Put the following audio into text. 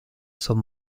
sont